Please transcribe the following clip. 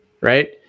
Right